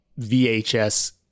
VHS